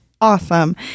Awesome